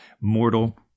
mortal